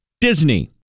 Disney